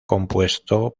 compuesto